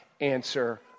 answer